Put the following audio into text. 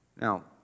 Now